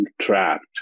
trapped